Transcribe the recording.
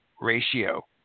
ratio